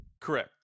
Correct